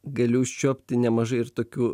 galiu užčiuopti nemažai ir tokių